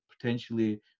potentially